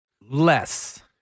less